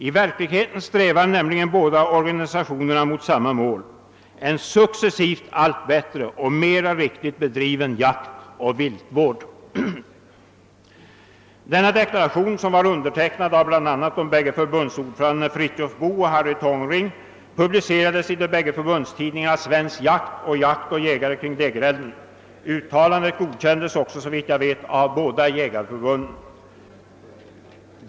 I verkligheten strävar nämligen båda organisationerna mot samma mål — en successivt allt bättre och mera riktigt bedriven jaktoch viltvård.» Denna deklaration, som var undertecknad av bl.a. förbundsordförandena Fritiof Boo och Harry Tångring, publicerades i de bägge förbundstidningarna som heter Svensk Jakt och Jakt och Jägare—Kring Lägerelden. Uttalandet godkändes också såvitt jag vet av båda jägarförbunden.